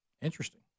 Interesting